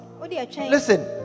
Listen